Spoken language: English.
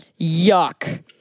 Yuck